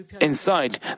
inside